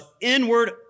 inward